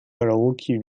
karaoke